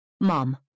Mom